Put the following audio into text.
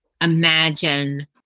imagine